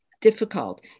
difficult